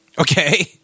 Okay